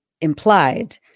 implied